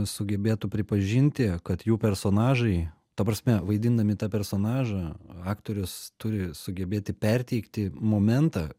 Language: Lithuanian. sugebėtų pripažinti kad jų personažai ta prasme vaidindami tą personažą aktorius turi sugebėti perteikti momentą